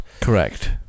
Correct